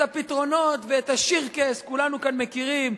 את הפתרונות ואת ה"שירקס" כולנו כאן מכירים.